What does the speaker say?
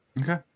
Okay